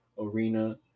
arena